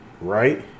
right